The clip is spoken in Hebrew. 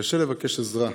קשה לבקש עזרה.